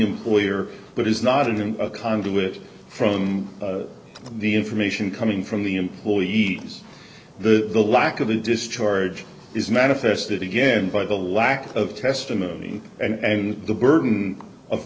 employer but is not in a conduit from the information coming from the employees the lack of a discharge is manifested again by the lack of testimony and the burden of